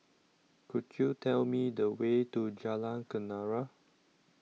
Could YOU Tell Me The Way to Jalan Kenarah